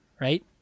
right